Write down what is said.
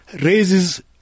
raises